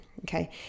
Okay